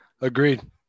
agreed